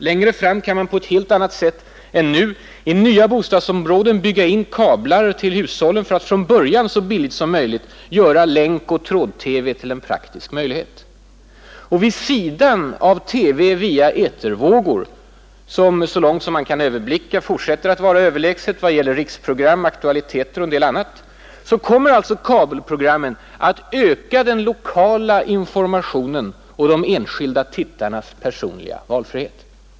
Längre fram kan man på ett helt annat sätt än nu i nya bostadsområden bygga in kablar till hushållen för att från början så billigt som möjligt göra länkoch tråd-TV till en praktisk möjlighet. Vid sidan av TV via etervågor — som så långt man kan överblicka fortsätter att vara överlägset när det gäller riksprogram, aktualiteter och en del annat — kommer alltså kabelprogrammen att öka den lokala informationen och de enskilda tittarnas personliga valfrihet.